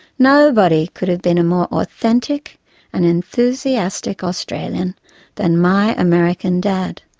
nobody could have been a more authentic and enthusiastic australian than my american dad.